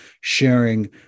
sharing